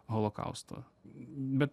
holokausto bet